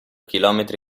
chilometri